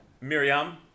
Miriam